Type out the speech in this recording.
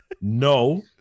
No